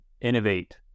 innovate